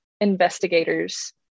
investigators